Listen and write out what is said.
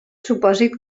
supòsit